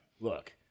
Look